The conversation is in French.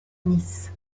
nice